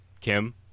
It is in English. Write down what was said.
Kim